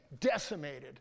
decimated